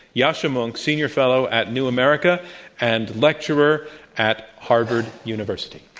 yascha mounk, senior fellow at new america and lecturer at harvard university.